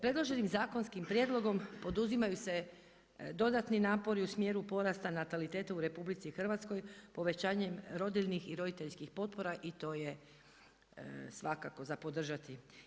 Predloženim zakonskim prijedlogom poduzimaju se dodatni napori u smjeru porasta nataliteta u RH povećanjem rodiljnih i roditeljskih potpora i to je svakako za podržati.